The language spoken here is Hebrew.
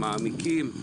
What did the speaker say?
מעמיקים,